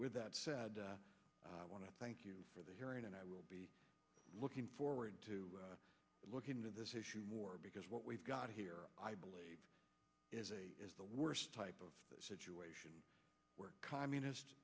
with that said i want to thank you for the hearing and i will be looking forward to look into this issue more because what we've got here is the worst type of situation where communist